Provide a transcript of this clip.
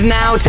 now